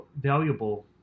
valuable